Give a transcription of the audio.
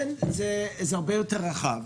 מה זו הפסולת ברשות הרבים?